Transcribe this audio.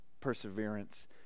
perseverance